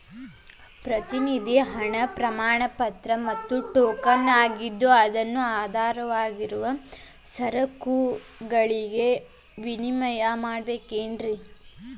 ಪ್ರತಿನಿಧಿ ಹಣ ಪ್ರಮಾಣಪತ್ರ ಮತ್ತ ಟೋಕನ್ ಆಗಿದ್ದು ಅದನ್ನು ಆಧಾರವಾಗಿರುವ ಸರಕುಗಳಿಗೆ ವಿನಿಮಯ ಮಾಡಕೋಬೋದು